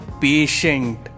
patient